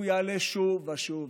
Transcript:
והוא יעלה שוב ושוב ושוב,